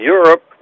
Europe